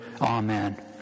Amen